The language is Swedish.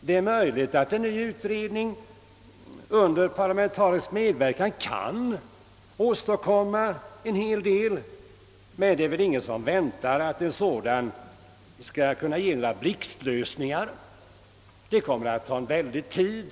Det är möjligt att en ny utredning under parlamentarisk medverkan kan åstadkomma en hel del, men ingen väntar väl av en sådan några blixtlösningar. Ett sådant arbete kommer att ta lång tid.